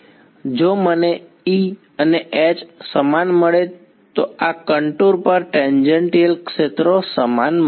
જો મને E અને H સમાન મળે તો આ કન્ટુર પર ટેન્જન્ટિયલ ક્ષેત્રો સમાન મળશે